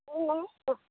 hello